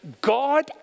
God